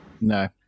No